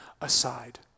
aside